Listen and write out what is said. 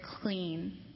clean